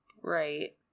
Right